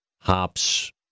hops